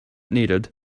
needed